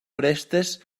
orestes